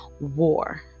war